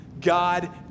God